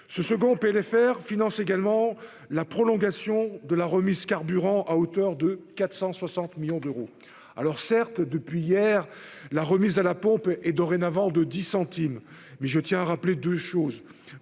Ce second PLFR finance également la prolongation de la remise sur le carburant, à hauteur de 460 millions d'euros. Certes, depuis hier, la remise à la pompe n'est plus que de 10 centimes, mais je tiens à rappeler deux choses